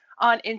on